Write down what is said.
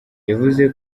yavuze